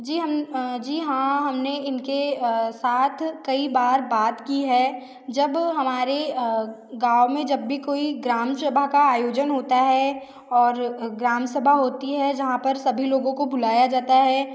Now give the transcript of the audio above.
जी हम जी हाँ हम ने इनके साथ कई बार बात की है जब हमारे गाँव में जब भी कोई ग्राम सभा का आयोजन होता है और ग्राम सभा होती है जहाँ पर सभी लोगों को बुलाया जाता है